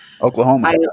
Oklahoma